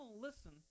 listen